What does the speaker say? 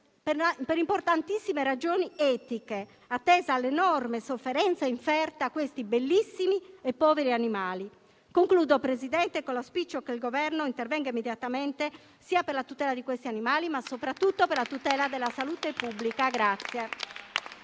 per importantissime ragioni etiche, attesa l'enorme sofferenza inferta ai bellissimi e poveri animali. Concludo, Presidente, con l'auspicio che il Governo intervenga immediatamente sia per la tutela degli animali, ma soprattutto per la tutela della salute pubblica.